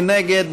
מי נגד?